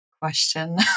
question